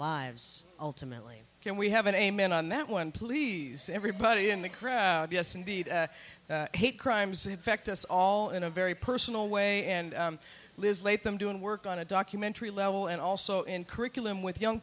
lives ultimately can we have an amen on that one please everybody in the crowd yes indeed hate crimes affect us all in a very personal way and lives late them doing work on a documentary level and also in curriculum with young